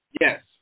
Yes